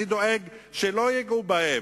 אני דואג שלא ייגעו בהם,